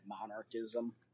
monarchism